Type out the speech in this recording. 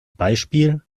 beispiel